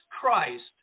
christ